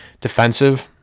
defensive